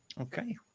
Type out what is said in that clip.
Okay